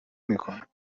میکنه